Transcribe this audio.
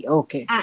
okay